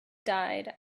died